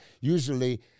usually